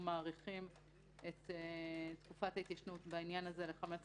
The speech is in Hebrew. מאריכים את תקופת ההתיישנות בעניין הזה ל-15 שנה.